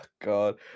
God